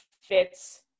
fits